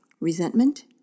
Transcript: Resentment